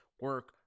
Work